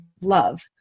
love